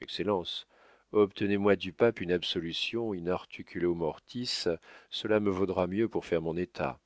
excellence obtenez-moi du pape une absolution in articulo mortis cela me vaudra mieux pour faire mon état